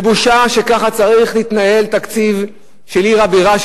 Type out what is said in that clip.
זה בושה שככה צריך להתנהל תקציב של עיר הבירה,